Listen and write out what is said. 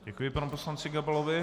Děkuji panu poslanci Gabalovi.